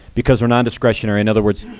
because they're non-discretionary. in other words,